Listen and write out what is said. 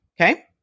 Okay